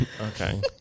Okay